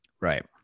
Right